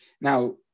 Now